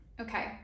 okay